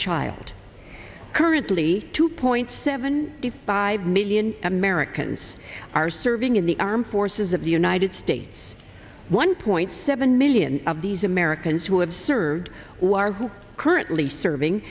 child currently two point seven five million americans are serving in the armed forces of the united states one point seven million of these americans who have served who are currently serving